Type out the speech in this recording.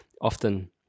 often